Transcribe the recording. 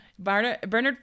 Bernard